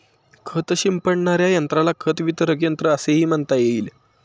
खत शिंपडणाऱ्या यंत्राला खत वितरक यंत्र असेही म्हणता येईल